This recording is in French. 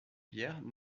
bière